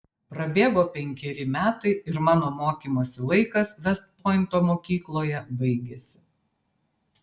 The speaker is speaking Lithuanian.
prabėgo penkeri metai ir mano mokymosi laikas vest pointo mokykloje baigėsi